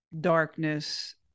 darkness